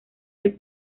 del